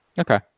Okay